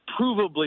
provably